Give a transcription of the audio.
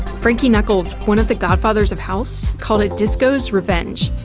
frankie knuckles, one of the godfathers of house, called it disco's revenge.